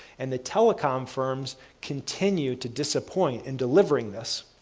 and the telecom firms continue to disappoint and delivering this.